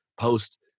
post